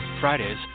Fridays